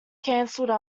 cancelled